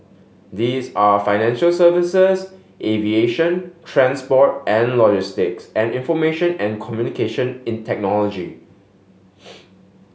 these are financial services aviation transport and logistics and information and communication in technology